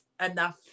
enough